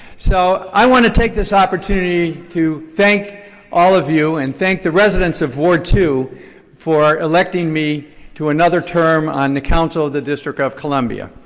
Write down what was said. so i want to take this opportunity to thank all of you and thank the residents of ward two for electing me to another term on the council of the district of columbia.